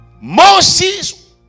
Moses